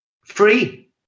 free